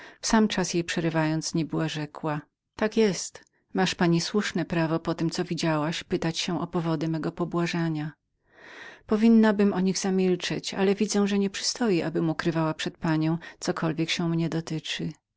sam czas jej przerywając nie była rzekła tak jest słuszne pani masz prawo po tem co widziałaś pytać się o powody mego pobłażania powinnabym o nich zamilczeć ale widzę że nie przystoi abym ukrywała przed panią cokolwiek się mnie dotyczy